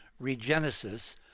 Regenesis